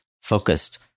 focused